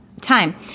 time